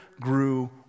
grew